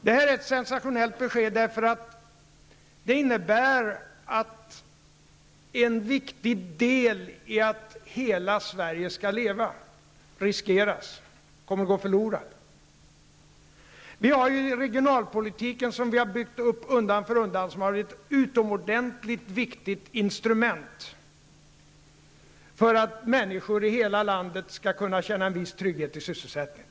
Det här är ett sensationellt besked, eftersom det innebär att en viktig del i att hela Sverige skall leva riskeras och kommer att gå förlorad. Regionalpolitiken, som vi har byggt upp undan för undan, har varit ett utomordentligt viktigt instrument för att människor i hela landet skall kunna känna en viss trygghet i sysselsättningen.